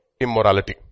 immorality